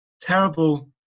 terrible